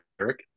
Eric